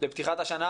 לפתיחת השנה,